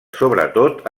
sobretot